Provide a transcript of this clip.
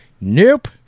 Nope